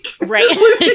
right